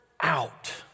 out